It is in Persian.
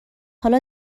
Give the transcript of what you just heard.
حالا